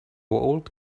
old